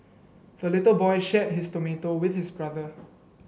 the little boy shared his tomato with his brother